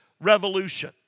revolution